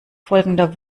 folgender